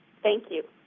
thank you.